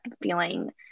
feeling